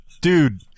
Dude